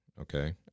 Okay